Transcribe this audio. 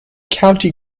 county